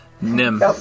Nim